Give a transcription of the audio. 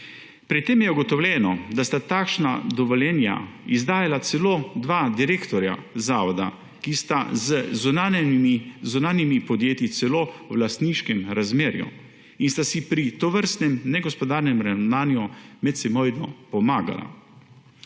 Pri tem je ugotovljeno, da sta takšna dovoljenja izdajala celo dva direktorja zavoda, ki sta z zunanjimi podjetji celo v lastniškem razmerju in sta si pri tovrstnem negospodarnem ravnanju medsebojno pomagala.